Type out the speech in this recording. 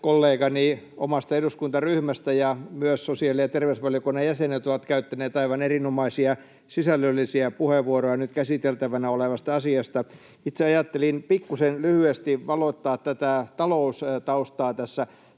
edustajakollega omasta eduskuntaryhmästäni ja myös sosiaali- ja terveysvaliokunnan jäsenet ovat käyttäneet aivan erinomaisia sisällöllisiä puheenvuoroja nyt käsiteltävänä olevasta asiasta. Itse ajattelin pikkuisen lyhyesti valottaa tätä taloustaustaa tässä.